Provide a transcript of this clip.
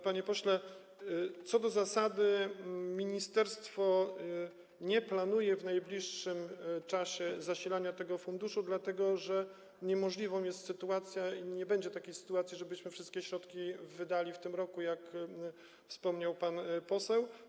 Panie pośle, co do zasady ministerstwo nie planuje w najbliższym czasie zasilania tego funduszu, dlatego że niemożliwa jest sytuacja i nie będzie takiej sytuacji, żebyśmy wszystkie środki wydali w tym roku, jak wspomniał pan poseł.